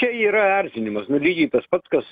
tai yra erzinimas lygiai tas pat kas